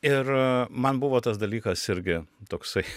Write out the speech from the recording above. ir man buvo tas dalykas irgi toksai